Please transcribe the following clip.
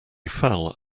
fell